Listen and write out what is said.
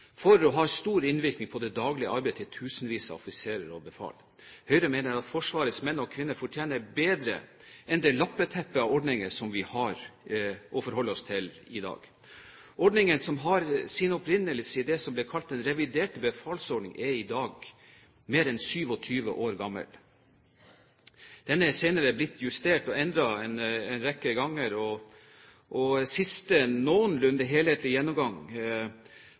for, og har stor innvirkning på, det daglige arbeidet til tusenvis av offiserer og befal. Høyre mener at Forsvarets menn og kvinner fortjener bedre enn det lappeteppet av ordninger vi har å forholde oss til i dag. Ordningen, som har sin opprinnelse i det som ble kalt den reviderte befalsordning, er i dag mer enn 27 år gammel. Den er senere blitt justert og endret en rekke ganger, og siste noenlunde helhetlige gjennomgang